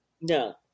No